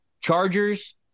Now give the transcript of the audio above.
Chargers